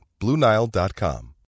BlueNile.com